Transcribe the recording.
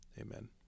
Amen